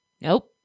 Nope